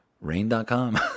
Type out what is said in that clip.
Rain.com